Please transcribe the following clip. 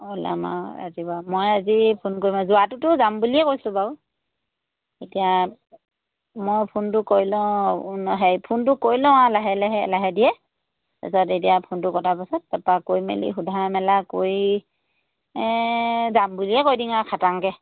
ওলাম আৰু ৰাতিপুৱা মই আজি ফোন কৰিম যোৱাটোতো যাম বুলিয়ে কৈছোঁ বাৰু এতিয়া মই ফোনটো কৰি লওঁ হেৰি ফোনটো কৰি লওঁ আৰু লাহে লাহে লাহে ধীৰে তাৰপাছত এতিয়া ফোনটো কটাৰ পাছত তাৰপৰা কৈ মেলি সোধা মেলা কৰি যাম বুলিয়ে কৈ দিম আৰু খাটাংকৈ